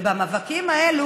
ובמאבקים האלה